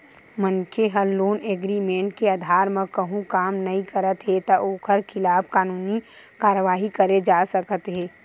मनखे ह loan agreement के अधार म कहूँ काम नइ करत हे त ओखर खिलाफ कानूनी कारवाही करे जा सकत हे